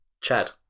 Chad